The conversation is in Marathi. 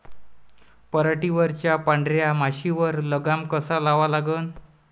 पराटीवरच्या पांढऱ्या माशीवर लगाम कसा लावा लागन?